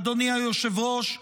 אדוני היושב-ראש,